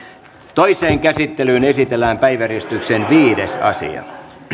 toiseen käsittelyyn esitellään päiväjärjestyksen viides asia